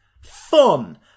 Fun